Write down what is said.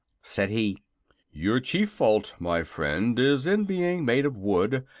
said he your chief fault, my friend, is in being made of wood,